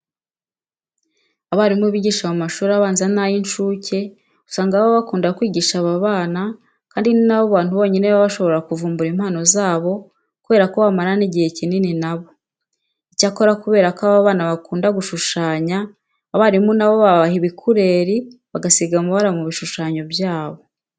Abarimu bigisha mu mashuri abanza n'ay'incuke usanga baba bakunda kwigisha aba bana kandi ni bo bantu bonyine baba bashobora kuvumbura impano zabo kubera ko bamarana igihe kinini na bo. Icyakora kubera ko aba bana bakunda gushushanya, abarimu na bo babaha ibikureri bagasiga amabara mu bishushanyo byabo.